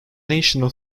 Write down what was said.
national